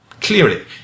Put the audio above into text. Clearly